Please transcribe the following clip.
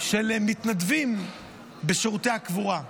של מתנדבים בשירותי הקבורה.